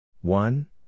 one